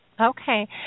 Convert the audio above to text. Okay